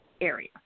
area